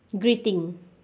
greeting